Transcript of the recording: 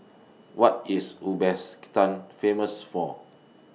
What IS Uzbekistan Famous For